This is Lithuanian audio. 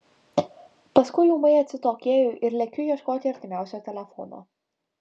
paskui ūmai atsitokėju ir lekiu ieškoti artimiausio telefono